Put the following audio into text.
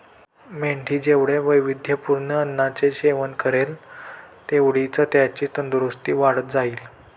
मेंढी जेवढ्या वैविध्यपूर्ण अन्नाचे सेवन करेल, तेवढीच त्याची तंदुरस्ती वाढत जाईल